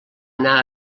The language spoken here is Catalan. anar